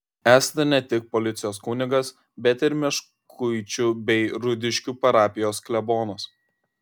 esate ne tik policijos kunigas bet ir meškuičių bei rudiškių parapijos klebonas